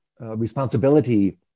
responsibility